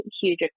huge